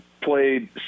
played